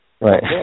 Right